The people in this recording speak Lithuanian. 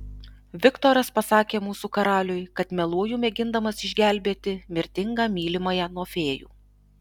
viktoras pasakė mūsų karaliui kad meluoju mėgindamas išgelbėti mirtingą mylimąją nuo fėjų